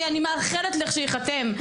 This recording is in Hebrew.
אני מאחלת לך שיחתם.